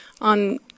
on